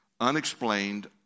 Unexplained